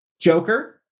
Joker